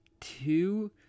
Two